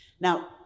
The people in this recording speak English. Now